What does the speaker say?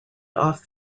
off